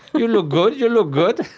you look good. you look good.